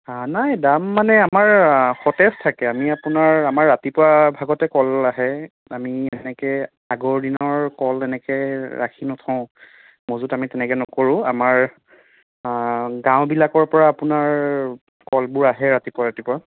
হাঁ নাই দাম মানে আমাৰ সতেজ থাকে আমি আপোনাৰ আমাৰ ৰাতিপুৱাৰ ভাগতে কল আহে আমি এনেকে আগৰ দিনৰ কল এনেকে ৰাখি নথওঁ মজুত আমি তেনেকে নকৰোঁ আমাৰ গাঁওবিলাকৰ পৰা আপোনাৰ কলবোৰ আহে ৰাতিপুৱা ৰাতিপুৱা